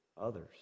others